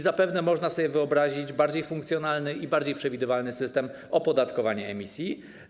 Zapewne można sobie wyobrazić bardziej funkcjonalny i bardziej przewidywalny system opodatkowania emisji.